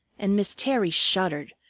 and miss terry shuddered,